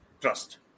trust